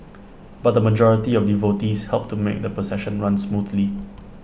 but the majority of devotees helped to made the procession run smoothly